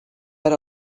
per